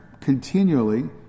continually